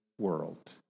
world